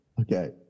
Okay